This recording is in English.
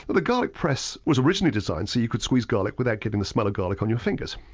the the garlic press was originally designed so you could squeeze garlic without getting the smell of garlic on your fingers.